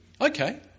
Okay